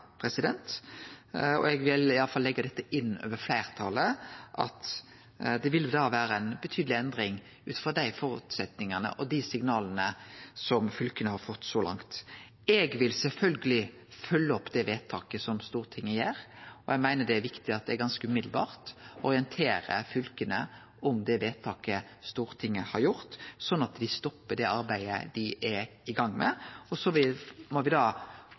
Eg vil i alle fall leggje inn over fleirtalet at det vil vere ei betydeleg endring ut frå dei føresetnadene og dei signala fylka har fått så langt. Eg vil sjølvsagt følgje opp det vedtaket Stortinget gjer, og eg meiner det er viktig at eg ganske straks orienterer fylka om det vedtaket Stortinget har gjort, sånn at dei stoppar det arbeidet dei er i gang med. Så må